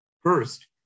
First